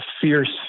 fierce